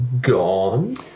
gone